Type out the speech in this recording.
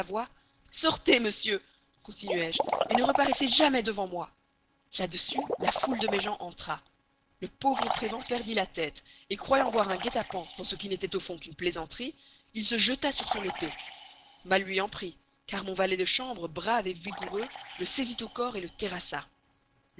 sortez monsieur continuai-je ne reparaissez jamais devant moi là-dessus la foule de mes gens entra le pauvre prévan perdit la tête croyant voir un guet-apens dans ce qui n'était au fond qu'une plaisanterie il se jeta sur son épée mal lui en prit car mon valet de chambre brave vigoureux le saisit au corps le